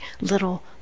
little